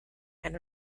and